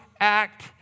act